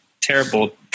terrible